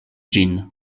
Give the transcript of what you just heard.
ĝin